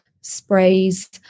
sprays